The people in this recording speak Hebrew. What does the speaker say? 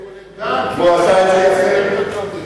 והוא עשה את זה,